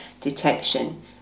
detection